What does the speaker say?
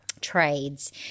trades